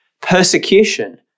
persecution